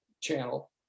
channel